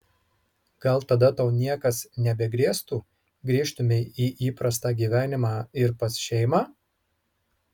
gal tada tau niekas nebegrėstų grįžtumei į įprastą gyvenimą ir pas šeimą